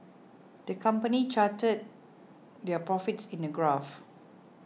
the company charted their profits in a graph